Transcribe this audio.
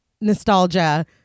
nostalgia